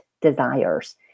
desires